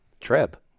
TREB